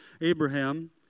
Abraham